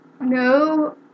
no